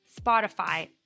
Spotify